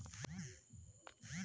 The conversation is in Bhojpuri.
खाता कइसे खुलावल जाला?